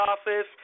office